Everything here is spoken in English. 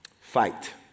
Fight